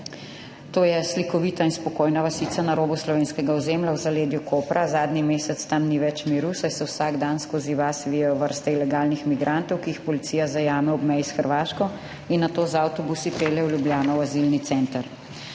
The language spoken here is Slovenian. je slikovita in spokojna vasica na robu slovenskega ozemlja v zaledju Kopra. A zadnji mesec tam ni več miru, saj se vsak dan skozi vas vijejo vrste ilegalnih migrantov, ki jih policija zajame ob meji s Hrvaško. In nato z avtobusi pelje v Ljubljano v azilni center